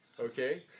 Okay